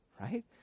right